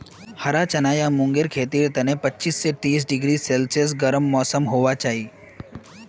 हरा चना या मूंगेर खेतीर तने पच्चीस स तीस डिग्री सेल्सियस गर्म मौसम होबा चाई